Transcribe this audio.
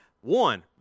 One